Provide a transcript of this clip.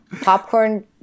Popcorn